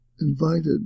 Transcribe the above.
invited